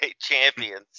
Champions